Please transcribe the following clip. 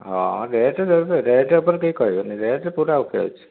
rate rate ଉପରେ କେହି କହିବେନି ରେଟ୍ ପୁରା ଓ କେ ଅଛି